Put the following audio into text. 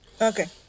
okay